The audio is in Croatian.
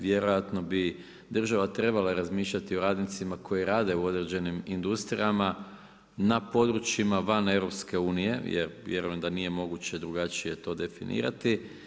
Vjerojatno bi država trebala razmišljati o radnicima koji rade u određenim industrijama na područjima van EU jer vjerujem da nije moguće drugačija to definirati.